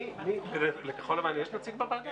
אני נועל את הדיון.